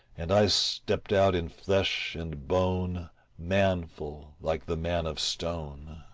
and i slept out in flesh and bone manful like the man of stone.